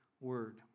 word